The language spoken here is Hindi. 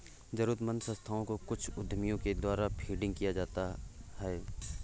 जरूरतमन्द संस्थाओं को कुछ उद्यमियों के द्वारा फंडिंग किया जाता है